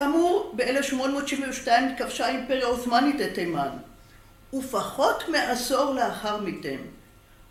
כאמור, ב-1872 כבשה האימפריה העות'מנית את תימן, ופחות מעשור לאחר מכן.